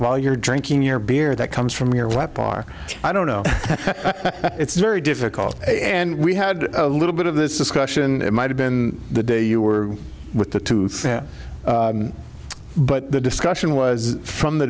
while you're drinking your beer that comes from your weapon our i don't know it's very difficult and we had a little bit of this discussion it might have been the day you were with the tooth but the discussion was from the